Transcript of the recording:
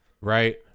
Right